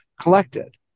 collected